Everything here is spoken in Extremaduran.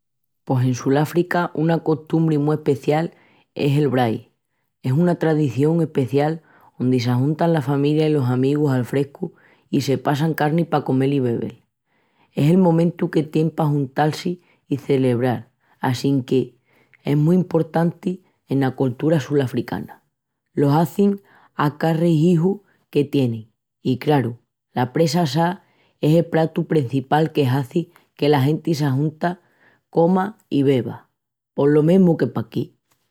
Pos en Suláfrica una costumbri mu especial es el Braai, es una tradición especial ondi s'ajuntan la familia i los amigus al frescu i se passan carni pa comel i bebel. Es el momentu que tienin p'ajuntal-si i celebral assinque es mu emportanti ena coltura sulafricana. Lo hazin a ca rehuiju que tienin i, craru, la presa assá es el pratu prencipal que hazi que la genti s'ajunti coma i beba. Pos lo mesmitu que paquí!